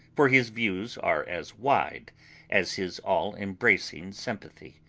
for his views are as wide as his all-embracing sympathy.